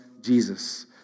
Jesus